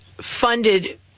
funded